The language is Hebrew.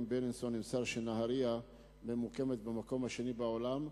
"בילינסון" נמסר שנהרייה עומדת במקום השני בעולם,